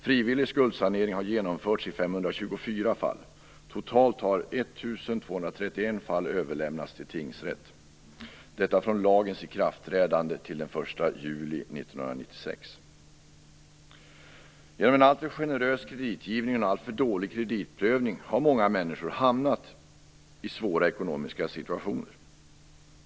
Frivillig skuldsanering har genomförts i Genom en alltför generös kreditgivning och en alltför dålig kreditprövning har många människor hamnat i svåra ekonomiska situationer.